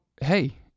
hey